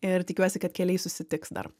ir tikiuosi kad keliai susitiks dar